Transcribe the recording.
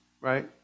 right